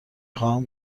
خواهم